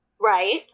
Right